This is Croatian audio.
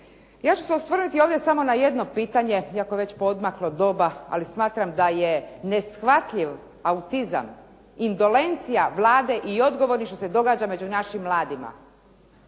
Ja ću se osvrnuti ovdje samo na jedno pitanje iako je već poodmaklo doba, ali smatram da je neshvatljiv autizam, indolencija Vlade i odgovornih što se događa među našim mladima.